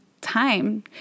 time